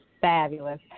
fabulous